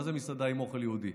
מה זה מסעדה עם אוכל יהודי?